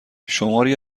شماری